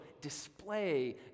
display